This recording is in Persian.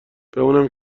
بمونم